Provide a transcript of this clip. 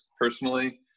Personally